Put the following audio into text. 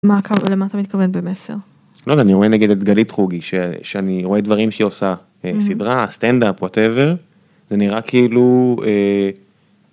מה קורה למה אתה מתכוון במסר? לא אני רואה נגד את גלית חוגי שאני רואה דברים שעושה, סדרה סטנדאפ ווטאבר, זה נראה כאילו